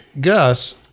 Gus